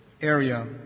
area